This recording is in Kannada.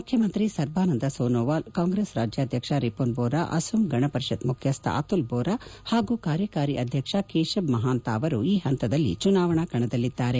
ಮುಖ್ಯಮಂತ್ರಿ ಸರ್ಬಾನಂದ ಸೋನೋವಾಲ್ ಕಾಂಗ್ರೆಸ್ ರಾಜ್ಯಾಧ್ಯಕ್ಷ ರಿಪುನ್ ಬೋರಾ ಅಸೋಂ ಗಣ ಪರಿಷತ್ ಮುಖ್ಯಸ್ಡ ಅತುಲ್ ಬೋರಾ ಹಾಗೂ ಕಾರ್ಯಕಾರಿ ಅಧ್ಯಕ್ಷ ಕೇಶಬ್ ಮಹಾಂತ ಅವರು ಈ ಹಂತದಲ್ಲಿ ಚುನಾವಣಾ ಕಣದಲ್ಲಿದ್ದಾರೆ